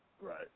right